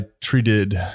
treated